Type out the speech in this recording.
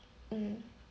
mm